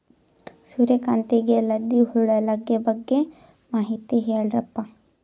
ಸೂರ್ಯಕಾಂತಿಗೆ ಲದ್ದಿ ಹುಳ ಲಗ್ಗೆ ಬಗ್ಗೆ ಮಾಹಿತಿ ಹೇಳರಪ್ಪ?